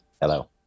Hello